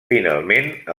finalment